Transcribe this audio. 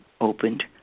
opened